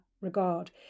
regard